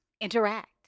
interact